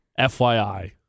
FYI